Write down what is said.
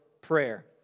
prayer